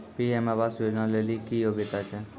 PM आवास योजना लेली की योग्यता छै?